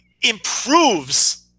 improves –